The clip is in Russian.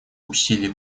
усилий